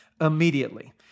immediately